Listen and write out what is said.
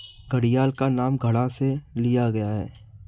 घड़ियाल का नाम घड़ा से लिया गया है